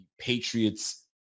Patriots